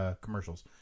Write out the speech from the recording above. commercials